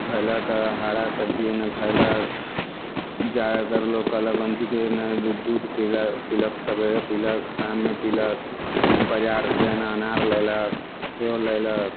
खैलक हरा सब्जी ओन्ने खैलक ज्यादातर लोकल लोक कोन चीज ने दूध पीलक सबेरे पीलक शाममे पीलक बजारसँ ने अनार लेलक सेब लेलक